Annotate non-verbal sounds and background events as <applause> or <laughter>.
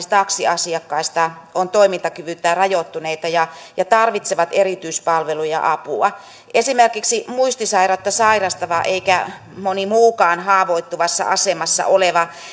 <unintelligible> taksiasiakkaista on toimintakyvyltään rajoittuneita ja he tarvitsevat erityispalveluja ja apua esimerkiksi muistisairautta sairastava tai moni muukaan haavoittuvassa asemassa oleva